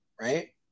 right